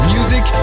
Music